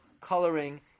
coloring